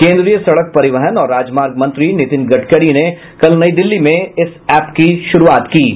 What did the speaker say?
केन्द्रीय सड़क परिवहन और राजमार्ग मंत्री नीतिन गडकारी ने कल नई दिल्ली में इस एप्प की शुरूआत की है